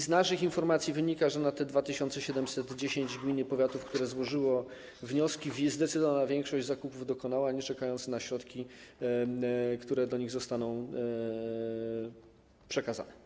Z naszych informacji wynika, że na te 2710 gmin i powiatów, które złożyły wnioski, zdecydowana większość dokonała zakupów, nie czekając na środki, które im zostaną przekazane.